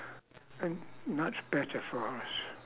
and much better for us